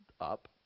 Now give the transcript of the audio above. up